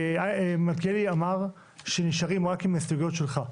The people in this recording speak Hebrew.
מלכיאלי אמר שנשארים רק עם ההסתייגויות שלך.